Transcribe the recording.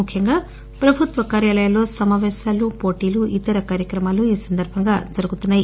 ముఖ్యంగా ప్రభుత్వ కార్యాలయల్లో సమాపేశాలు పోటీలు ఇతర కార్యక్రమాలు ఈ సందర్బంగా జరుగుతున్నాయి